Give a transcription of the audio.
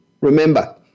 Remember